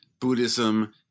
Buddhism